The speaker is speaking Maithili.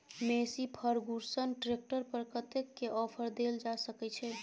मेशी फर्गुसन ट्रैक्टर पर कतेक के ऑफर देल जा सकै छै?